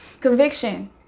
conviction